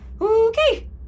Okay